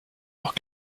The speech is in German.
auch